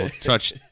Touch